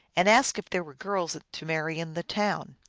and asked if there were girls to marry in the town.